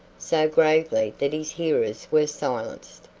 so gravely that his hearers were silenced.